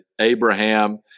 Abraham